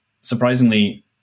surprisingly